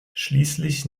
schließlich